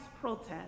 protest